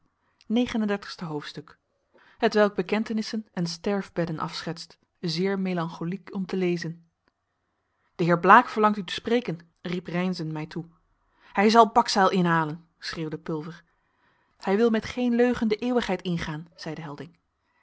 negen en dertigste hoofdstuk hetwelk bekentenissen en sterfbedden afschetst zeer melancholiek om te lezen de heer blaek verlangt u te spreken riep reynszen mij toe hij zal bakzeil inhalen schreeuwde pulver hij wil met geen leugen de eeuwigheid ingaan zeide helding